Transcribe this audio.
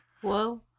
Whoa